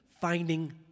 finding